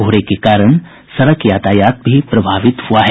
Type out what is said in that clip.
कोहरे के कारण सड़क यातायात भी प्रभावित हुआ है